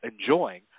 enjoying